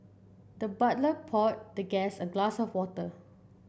the butler poured the guest a glass of water